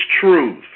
truth